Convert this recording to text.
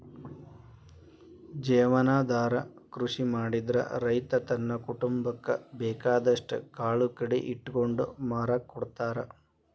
ಜೇವನಾಧಾರ ಕೃಷಿ ಮಾಡಿದ್ರ ರೈತ ತನ್ನ ಕುಟುಂಬಕ್ಕ ಬೇಕಾದಷ್ಟ್ ಕಾಳು ಕಡಿ ಇಟ್ಕೊಂಡು ಮಾರಾಕ ಕೊಡ್ತಾರ